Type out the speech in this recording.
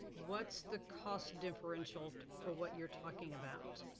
what's the cost differential for what you're talking about.